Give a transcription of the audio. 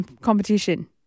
competition